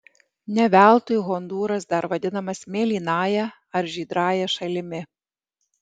ne veltui hondūras dar vadinamas mėlynąja ar žydrąja šalimi